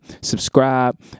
subscribe